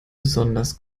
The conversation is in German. besonders